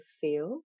feel